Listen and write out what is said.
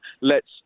lets